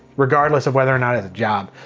regardless of whether or not as a job.